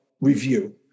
review